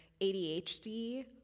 ADHD